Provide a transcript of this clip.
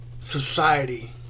society